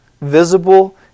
visible